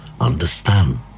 Understand